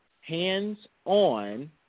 hands-on